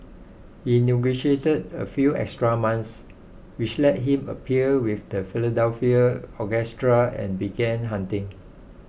he negotiated a few extra months which let him appear with the Philadelphia Orchestra and began hunting